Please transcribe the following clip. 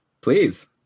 please